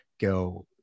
go